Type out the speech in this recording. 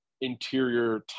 interior